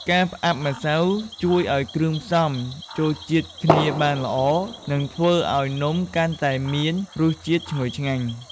ការផ្អាប់ម្សៅជួយឱ្យគ្រឿងផ្សំចូលជាតិគ្នាបានល្អ និងធ្វើឱ្យនំកាន់តែមានរសជាតិឈ្ងុយឆ្ងាញ់។